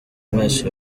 mwese